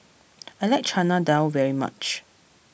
I like Chana Dal very much